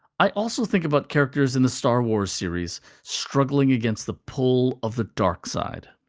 i also think about characters in the star wars series struggling against the pull of the dark side.